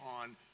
on